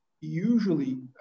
usually